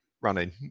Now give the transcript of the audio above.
running